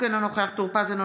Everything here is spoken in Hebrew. אינו נוכח סימון דוידסון,